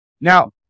Now